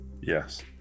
yes